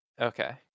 Okay